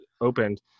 opened